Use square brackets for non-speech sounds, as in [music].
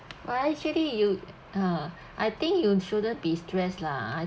!wah! actually you ah [breath] I think you shouldn't be stress lah I